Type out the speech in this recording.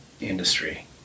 industry